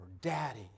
Daddy